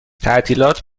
تعطیلات